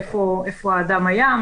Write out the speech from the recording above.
איפה האדם היה,